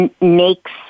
makes